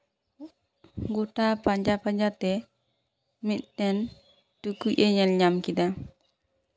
ᱜᱚᱴᱟ ᱯᱟᱸᱡᱟᱼᱯᱟᱸᱡᱟᱛᱮ ᱢᱤᱫᱴᱮᱱ ᱴᱩᱠᱩᱡᱼᱮ ᱧᱮᱞᱧᱟᱢ ᱠᱮᱫᱟ